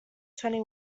twenty